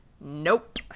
Nope